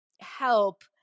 help